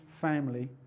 family